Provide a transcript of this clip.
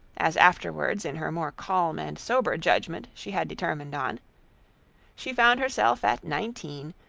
as afterwards in her more calm and sober judgment she had determined on she found herself at nineteen,